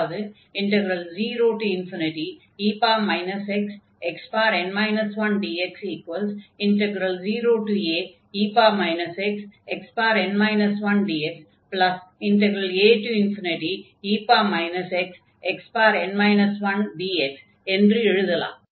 அதாவது 0e xxn 1dx0ae xxn 1dxae xxn 1dx என்று எழுதலாம்